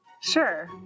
Sure